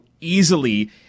easily